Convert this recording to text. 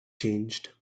changed